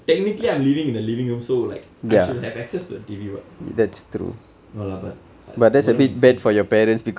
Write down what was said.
technically I'm living in the living room so like I should have access to the T_V [what] no lah but I wouldn't make sense